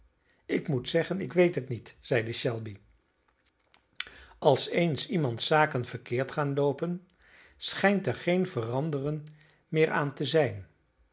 ik moet zeggen ik weet het niet zeide shelby als eens iemands zaken verkeerd gaan loopen schijnt er geen veranderen meer aan te zijn